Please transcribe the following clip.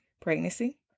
pregnancy